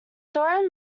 theorem